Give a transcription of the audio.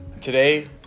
Today